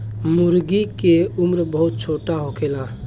मूर्गी के उम्र बहुत छोट होखेला